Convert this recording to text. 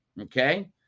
okay